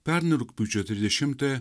pernai rugpjūčio trisdešimtąją